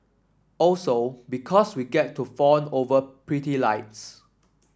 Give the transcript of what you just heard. also because we get to fawn over pretty lights